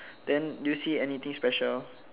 then do you see anything special